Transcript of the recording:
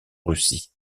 russie